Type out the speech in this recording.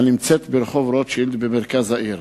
הנמצאת ברחוב רוטשילד במרכז העיר.